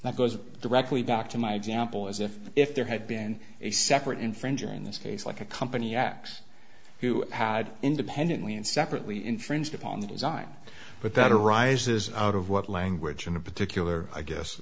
that goes directly back to my example as if if there had been a separate infringing in this case like a company x who had independently and separately infringed upon the design but that arises out of what language in particular i guess